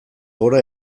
gora